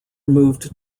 moved